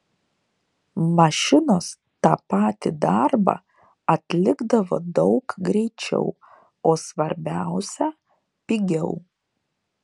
mašinos tą patį darbą atlikdavo daug greičiau o svarbiausia pigiau